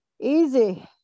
Easy